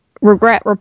regret